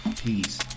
Peace